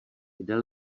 kde